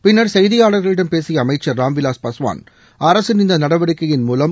பின்னர் செய்தியாளர்களிடம் பேசிய அமைச்சர் திருராம்விலாஸ் பாஸ்வான் அரசின் இந்த நடவடிக்கையின் மூலம்